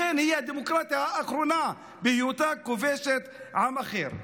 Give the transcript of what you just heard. לכן היא הדמוקרטיה האחרונה, בהיותה כובשת עם אחר.